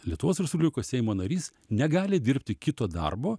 lietuvos respublikos seimo narys negali dirbti kito darbo